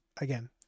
again